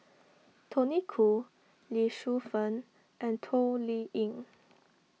Tony Khoo Lee Shu Fen and Toh Liying